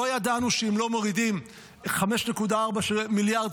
לא ידענו שאם לא מורידים 5.4 מיליארד